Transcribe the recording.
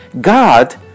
God